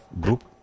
group